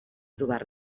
trobar